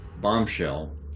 bombshell